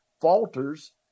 falters